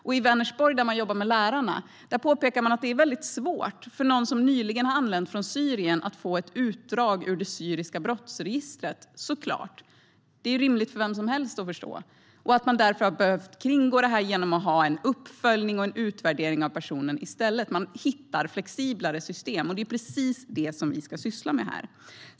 Och i Vänersborg, där man jobbar med lärarna, påpekar man att det är väldigt svårt för någon som nyligen har anlänt från Syrien att få ett utdrag ur det syriska brottsregistret - såklart, det kan vem som helst förstå. Därför har man behövt kringgå detta genom att ha en uppföljning och en utvärdering av personen i stället. Man hittar flexiblare system. Det är precis det vi ska syssla med här.